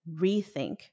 rethink